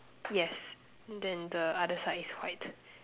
yes then the other side is white